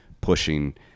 pushing